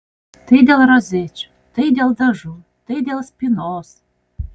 tai dėl rozečių tai dėl dažų tai dėl spynos